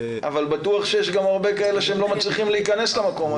אבל בטוח שיש גם כאלה שלא מצליחים להיכנס למקום הזה.